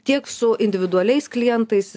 tiek su individualiais klientais